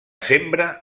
sembra